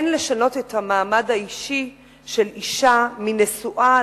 אין לשנות את המעמד האישי של אשה מנשואה